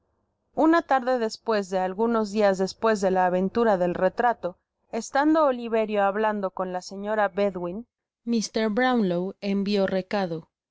una tarde después de algunos dias despues deía aventura del retrato estando oliverio hablando con laseñora redwin m brownlow envió recado